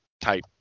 type